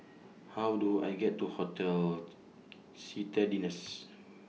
How Do I get to Hotel Citadines